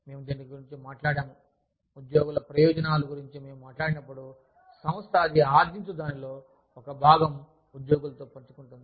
మేము దీని గురించి మాట్లాడాము ఉద్యోగుల ప్రయోజనాలు గురించి మేము మాట్లాడినప్పుడు సంస్థ అది ఆర్జించు దానిలో ఒక భాగం ఉద్యోగులతో పంచుకుంటుంది